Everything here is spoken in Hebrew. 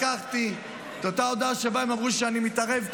לקחתי את אותה הודעה שבה הם אמרו שאני מתערב,